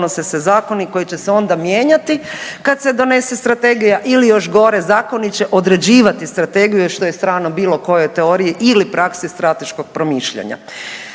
donose se zakoni koji će se onda mijenjati kad se donese strategija ili još gore zakoni će određivati strategiju što je strano bilo kojoj teoriji ili praksi strateškog promišljanja.